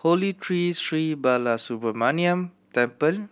Holy Tree Sri Balasubramaniar Temple